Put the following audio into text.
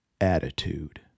attitude